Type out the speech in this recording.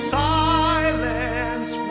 silence